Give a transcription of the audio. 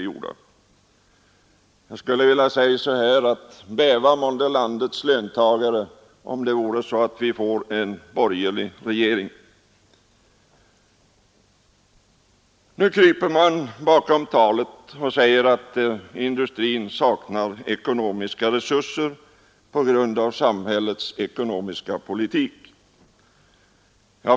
Jag skulle vilja utbrista: Bäva månde landets löntagare, om vi finge en borgerlig regering! Nu kryper man bakom talet att industrin saknar ekonomiska resurser på grund av samhällets dåliga ekonomiska politik.